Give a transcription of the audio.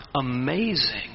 amazing